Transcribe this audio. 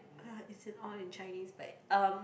ah is in all in Chinese but um